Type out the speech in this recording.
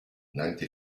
ninety